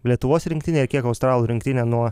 lietuvos rinktinė ir kiek australų rinktinė nuo